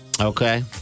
Okay